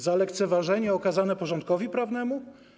Za lekceważenie okazane porządkowi prawnemu?